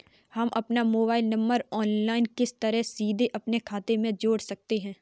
हम अपना mobile number online किस तरह सीधे अपने खाते में जोड़ सकते हैं?